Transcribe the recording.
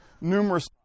numerous